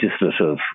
legislative